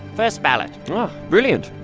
first ballot brilliant.